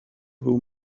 who